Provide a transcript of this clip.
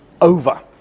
over